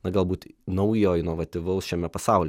na galbūt naujo inovatyvaus šiame pasauly